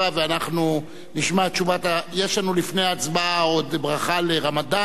יש לנו לפני ההצבעה עוד ברכה לרמדאן,